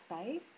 space